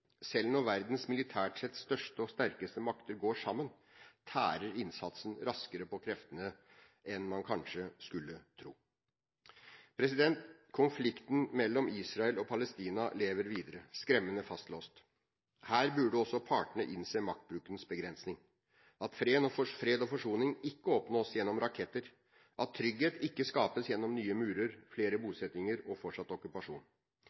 Selv når verdens militært sett største og sterkeste makter går sammen, tærer innsatsen raskere på kreftene enn man kanskje skulle tro. Konflikten mellom Israel og Palestina lever videre, skremmende fastlåst. Her burde også partene innse maktbrukens begrensning, at fred og forsoning ikke oppnås gjennom raketter, at trygghet ikke skapes gjennom nye murer, flere bosetninger og fortsatt okkupasjon.